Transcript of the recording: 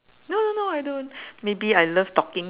no no no I don't maybe I love talking